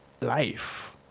life